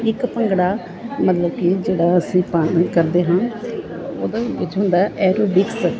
ਇੱਕ ਭੰਗੜਾ ਮਤਲਬ ਕਿ ਜਿਹੜਾ ਅਸੀਂ ਪਾਉਣੇ ਕਰਦੇ ਹਾਂ ਉਹਦੇ ਵਿੱਚ ਹੁੰਦਾ ਹੈ ਐਰੋਬਿਕਸ